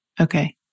okay